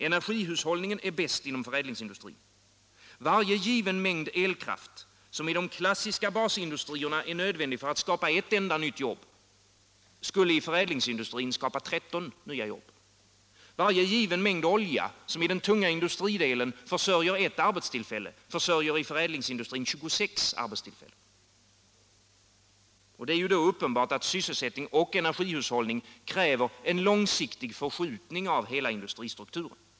Energihushållningen är bäst inom förädligsindustrin. Varje given mängd elkraft, som i de klassiska basindustrierna är nödvändig för att skapa ett enda nytt jobb, skulle i förädlingsindustrin skapa 13 jobb. Varje given mängd olja, som i den tunga industridelen försörjer ett arbetstillfälle, försörjer i förädlingsindustrin 26 arbetstillfällen. Det är då uppenban att sysselsättning och energihushållning kräver en långsiktig förskjutning av hela industristrukturen.